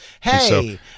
Hey